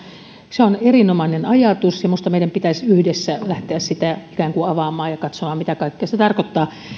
se on erinomainen ajatus ja minusta meidän pitäisi yhdessä lähteä sitä ikään kuin avaamaan ja katsomaan mitä kaikkea se tarkoittaa